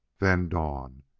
then dawn,